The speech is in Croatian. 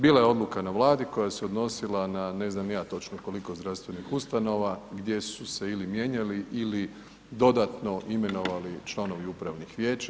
Bila je odluka na Vladi koja se odnosila na ne znam ni ja točno koliko zdravstvenih ustanova gdje su se ili mijenjali ili dodatno imenovali članovi upravnih vijeća.